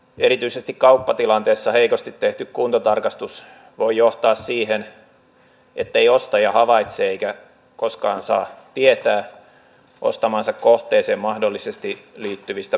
erityisesti kauppatilanteessa heikosti tehty kuntotarkastus voi johtaa siihen ettei ostaja havaitse eikä koskaan saa tietää ostamaansa kohteeseen mahdollisesti liittyvistä puutteista